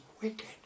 wicked